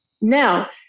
Now